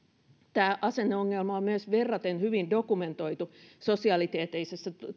tämä asenneongelma on myös verraten hyvin dokumentoitu sosiaalitieteellisessä